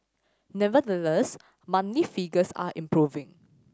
nevertheless monthly figures are improving